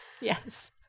Yes